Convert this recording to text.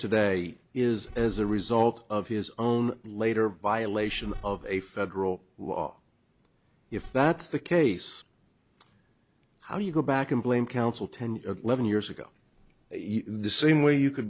today is as a result of his own later violation of a federal law if that's the case how do you go back and blame counsel ten eleven years ago the same way you could